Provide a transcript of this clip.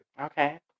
Okay